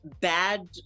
bad